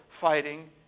fighting